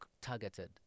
targeted